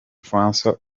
françois